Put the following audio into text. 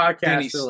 Danny